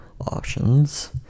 options